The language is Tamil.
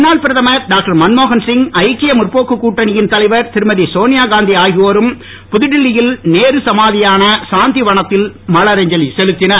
முன்னாள் பிரதமர் டாக்டர் மன்மோகன் சிங் ஐக்கிய முற்போக்கு கூட்டணியின் தலைவர் திருமதி சோனியா காந்தி ஆகியோரும் புதுடெல்லியில் நேரு சமாதியான சாந்தி வனத்தில் மலரஞ்சலி செலுத்தினர்